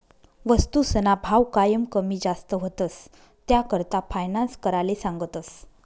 वस्तूसना भाव कायम कमी जास्त व्हतंस, त्याकरता फायनान्स कराले सांगतस